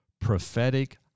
Prophetic